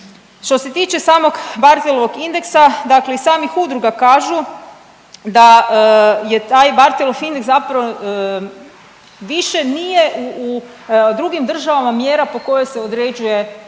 Što se tiče samog Barthelovog indeksa, dakle iz samih udruga kažu da je taj Barthelov indeks, zapravo više nije u drugim državama mjera po kojoj se određuje da